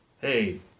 hey